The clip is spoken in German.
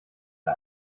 der